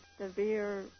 severe